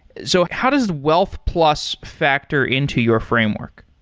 so how does wealth plus factor into your framework?